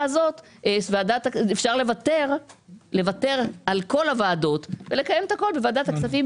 הזאת אפשר לוותר על כל הוועדות ולקיים את הכול בוועדת הכספים